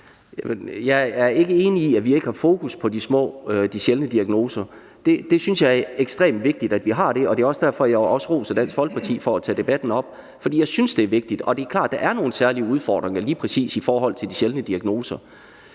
jeg er ikke enig i, at vi ikke har fokus på de små og sjældne diagnoser. Jeg synes, det er ekstremt vigtigt, at vi har det. Det er også derfor, at jeg roser Dansk Folkeparti for at tage debatten op. For jeg synes, det er vigtigt, og det er klart, at der er nogle særlige udfordringer lige præcis i forhold til de sjældne diagnoser.